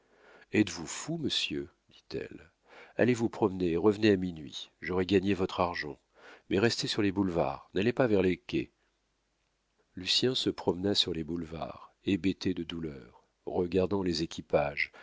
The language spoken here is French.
êtes-vous fou monsieur dit-elle allez vous promener et revenez à minuit j'aurai gagné votre argent mais restez sur les boulevards n'allez pas vers les quais lucien se promena sur les boulevards hébété de douleur regardant les équipages